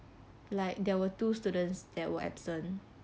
like there were two students that were absent